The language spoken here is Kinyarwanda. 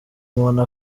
muntu